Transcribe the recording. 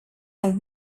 have